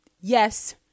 yes